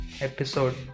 episode